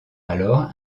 alors